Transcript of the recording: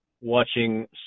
watching